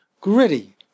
gritty